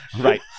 right